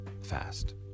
fast